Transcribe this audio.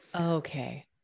Okay